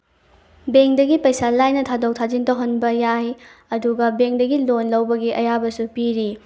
ꯕꯦꯡꯗꯒꯤ ꯄꯩꯁꯥ ꯂꯥꯏꯅ ꯊꯥꯗꯣꯛ ꯊꯥꯖꯤꯟ ꯇꯧꯍꯟꯕ ꯌꯥꯏ ꯑꯗꯨꯒ ꯕꯦꯡꯗꯒꯤ ꯂꯣꯟ ꯂꯧꯕꯒꯤ ꯑꯌꯥꯕꯁꯨ ꯄꯤꯔꯤ